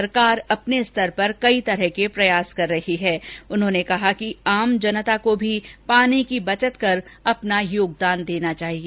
सरकार अपने स्तर पर कई प्रकार के प्रयास कर रही है लेकिन आम जनता को भी पानी की बचत कर अपना योगदान देना चाहिए